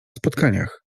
spotkaniach